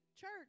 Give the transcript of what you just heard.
church